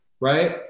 right